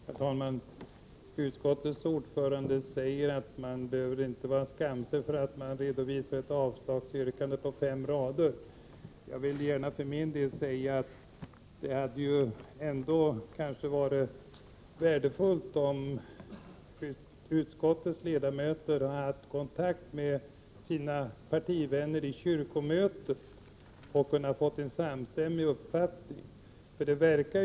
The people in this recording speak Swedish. Herr talman! Utskottets ordförande säger att man inte behöver vara skamsen för att man redovisar ett avslagsyrkande på fem rader. Jag vill för min del gärna säga att det ändå hade varit värdefullt om utskottets ledamöter hade haft kontakt med sina partivänner i kyrkomötet och kunnat få en samstämmig uppfattning därifrån.